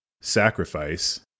sacrifice